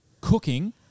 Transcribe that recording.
Cooking